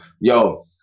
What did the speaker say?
Yo